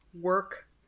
work